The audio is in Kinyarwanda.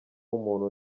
umuntu